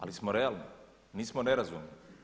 Ali smo realni, nismo nerazumni.